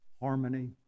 harmony